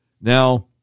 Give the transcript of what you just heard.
Now